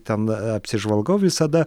ten apsižvalgau visada